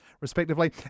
respectively